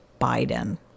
Biden